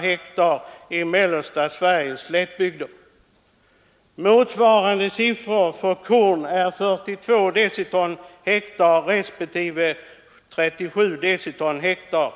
deciton i mellersta Sveriges slättbygder. Motsvarande siffra för korn är 42 respektive 37 deciton per hektar.